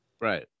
right